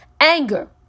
Anger